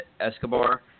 Escobar